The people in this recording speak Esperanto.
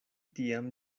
tiam